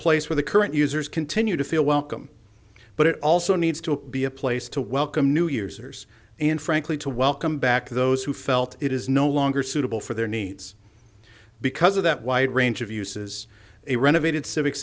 place where the current users continue to feel welcome but it also needs to be a place to welcome new years or and frankly to welcome back those who felt it is no longer suitable for their needs because of that wide range of uses a renovated civic